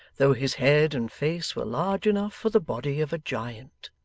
though his head and face were large enough for the body of a giant.